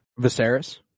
Viserys